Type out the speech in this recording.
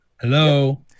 hello